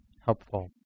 helpful